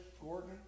Gordon